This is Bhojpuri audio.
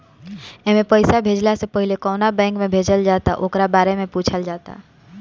एमे पईसा भेजला से पहिले कवना बैंक में भेजल जाता ओकरा बारे में पूछल जाता